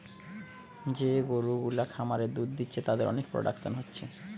যে গরু গুলা খামারে দুধ দিচ্ছে তাদের অনেক প্রোডাকশন হচ্ছে